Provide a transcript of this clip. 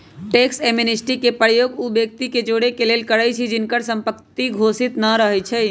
tax amnesty के प्रयोग उ व्यक्ति के जोरेके लेल करइछि जिनकर संपत्ति घोषित न रहै छइ